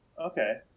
Okay